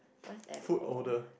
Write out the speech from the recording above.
what's F_O